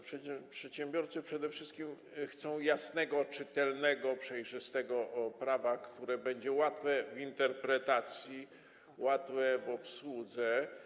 Przedsiębiorcy przede wszystkim chcą jasnego, czytelnego, przejrzystego prawa, które będzie łatwe w interpretacji, łatwe w obsłudze.